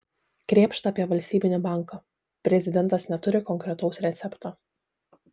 krėpšta apie valstybinį banką prezidentas neturi konkretaus recepto